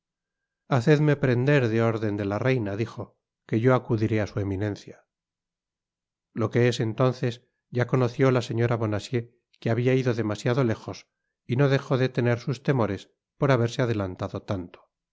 hacedme prender de órden de la reina dijo que yo acudiré á su eminencia lo que es entonces ya conoció la señora bonacieux que habia ido demasiado léjos y no dejó de tener sus temores por haberse adelantado tanto